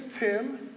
Tim